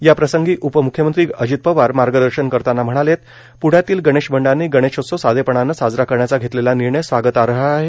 याप्रसंगी उपम्ख्यमंत्री अजित पवार मार्गदर्शन करताना म्हणाले प्ण्यातील गणेश मंडळांनी गणेशोत्सव साधेपणाने साजरा करण्याचा घेतलेला निर्णय स्वागतार्ह आहे